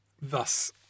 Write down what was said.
thus